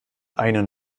einen